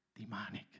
demonic